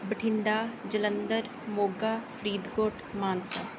Bathinda Jalandhar Moga Faridkot Mansa